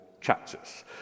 chapters